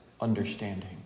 understanding